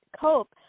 cope